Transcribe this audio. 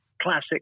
classic